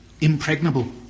impregnable